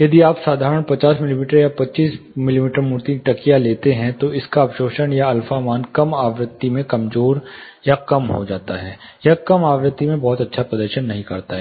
यदि आप साधारण 50 मिमी या 25 मिमी मोटी तकिया लेते हैं तो इसका अवशोषण या अल्फा मान कम आवृत्ति में कमजोर या कम होता है यह कम आवृत्ति में बहुत अच्छा प्रदर्शन नहीं करता है